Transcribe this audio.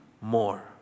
more